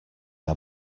are